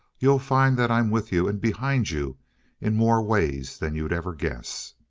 you'll find that i'm with you and behind you in more ways than you'd ever guess.